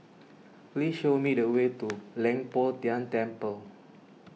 please show me the way to Leng Poh Tian Temple